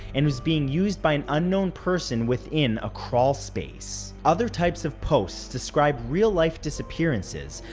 and was being used by an unknown person within a crawlspace. other types of posts describe real-life disappearances,